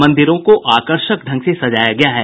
मंदिरों को आकर्षक ढंग से सजाया गया है